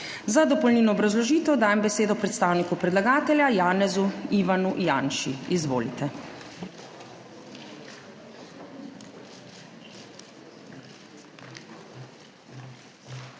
Za dopolnilno obrazložitev dajem besedo predstavniku predlagatelja Janezu Ivanu Janši. Izvolite.